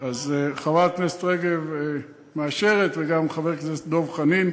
חברת הכנסת רגב מאשרת וגם חבר הכנסת דב חנין.